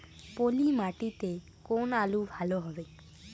পলি মাটিতে কোন আলু ভালো হবে?